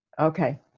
Okay